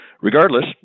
regardless